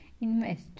invest